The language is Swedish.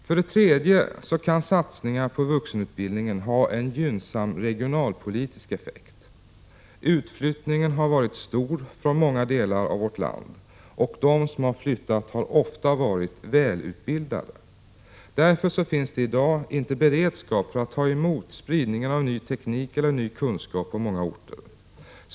För det tredje kan satsningar på vuxenutbildningen ha en gynnsam regionalpolitisk effekt. Utflyttningen har varit stor från många delar av landet, och de som flyttat har ofta varit välutbildade. Därför finns det i dag på många orter inte beredskap för att ta emot spridningen av ny teknik eller ny kunskap.